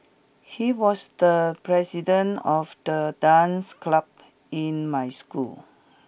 he was the president of the dance club in my school